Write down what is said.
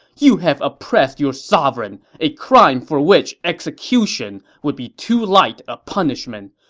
you have oppressed your sovereign, a crime for which execution would be too light a punishment!